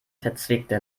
verzwickte